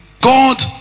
God